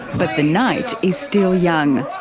but the night is still young.